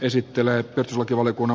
herra puhemies